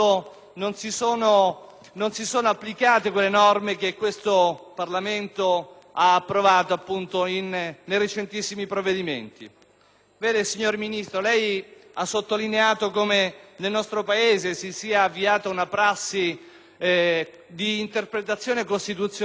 non si sono applicate quelle norme che il Parlamento ha approvato, appunto, nei recentissimi provvedimenti. Vede, signor Ministro, lei ha sottolineato come nel nostro Paese si sia avviata una prassi di interpretazione costituzionale per cui le funzioni